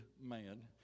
man